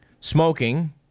smoking